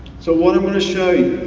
so what i want to sow you,